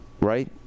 right